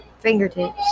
fingertips